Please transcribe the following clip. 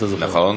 נכון מאוד.